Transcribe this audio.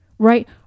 right